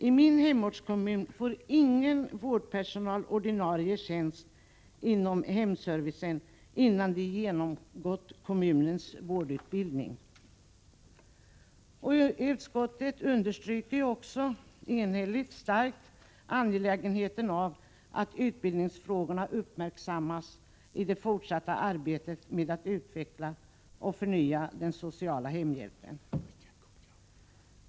I min hemortskommun får ingen vårdpersonal ordinarie tjänst inom hemservicen utan att ha genomgått kommunens vårdutbildning. Utskottet understryker också enhälligt starkt angelägenheten av att utbildningsfrågorna uppmärksammas i det fortsatta arbetet med att utveckla och förnya den sociala hemhjälpen.